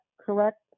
correct